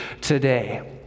today